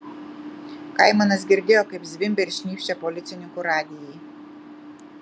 kaimanas girdėjo kaip zvimbia ir šnypščia policininkų radijai